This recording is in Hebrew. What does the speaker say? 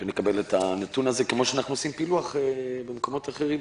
שנקבל את הנתון הזה כמו שאנחנו עושים פילוח במקומות אחרים,